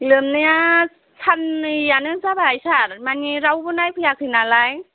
लोमनाया साननैयानो जाबाय सार माने रावबो नायफैयाखै नालाय